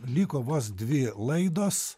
liko vos dvi laidos